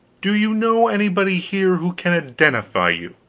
do you know anybody here who can identify you?